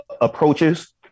approaches